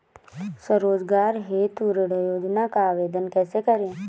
स्वरोजगार हेतु ऋण योजना का आवेदन कैसे करें?